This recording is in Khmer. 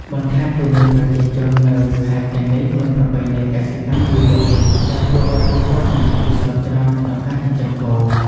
បន្ថែមពីនេះប្រជាជននៅខេត្តទាំងនេះមានប្រពៃណីកសិកម្មយូរលង់ ដែលធ្វើឱ្យពួកគាត់មានបទពិសោធន៍ច្រើនក្នុងការចិញ្ចឹមគោ។